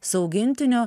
su augintiniu